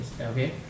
Okay